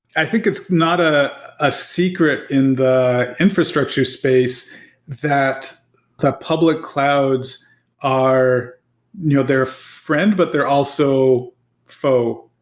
i think it's not ah a secret in the infrastructure space that the public clouds are you know they're a friend, but they're also foe.